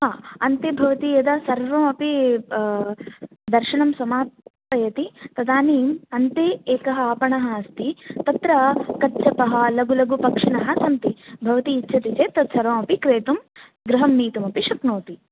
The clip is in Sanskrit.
अन्ते भवती यदा सर्वमपि दर्शनं समापयति तदानीम् अन्ते एकः आपणः अस्ति तत्र कच्छपः लघु लघु पक्षिणः सन्ति भवती इच्छति चेत् तत्सर्वमपि क्रेतुं ग्रहं नेतुमपि शक्नोति